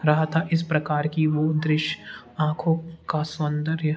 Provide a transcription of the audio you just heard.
रहा था इस प्रकार कि वो दृश्य आँखों का सौन्दर्य